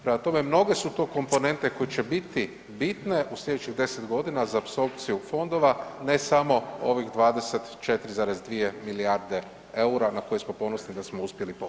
Prema tome, mnoge su to komponente koje će biti bitne u slijedećih 10 g. za apsorpciju fondova, ne samo ovih 24,2 milijarde EUR-a na koje smo ponosni da smo uspjeli povuć.